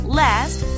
last